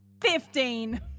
Fifteen